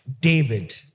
David